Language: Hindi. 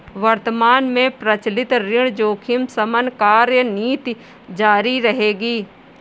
वर्तमान में प्रचलित ऋण जोखिम शमन कार्यनीति जारी रहेगी